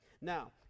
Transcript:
Now